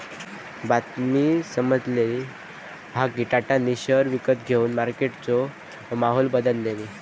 बातमी समाजली हा कि टाटानी शेयर विकत घेवन मार्केटचो माहोल बदलल्यांनी